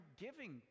giving